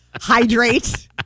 Hydrate